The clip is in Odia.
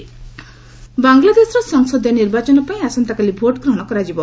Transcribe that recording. ଇଣ୍ଡିଆ ବାଂଲାଦେଶ ବାଂଲାଦେଶର ସଂସଦୀୟ ନିର୍ବାଚନ ପାଇଁ ଆସନ୍ତାକାଲି ଭୋଟ୍ ଗ୍ରହଣ କରାଯିବ